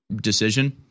decision